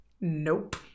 Nope